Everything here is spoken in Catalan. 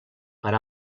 per